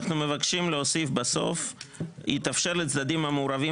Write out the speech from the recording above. אנחנו מבקשים להוסיף בסוף "יתאפשר לצדדים המעורבים